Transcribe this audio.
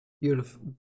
Beautiful